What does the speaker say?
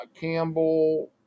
Campbell